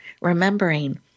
remembering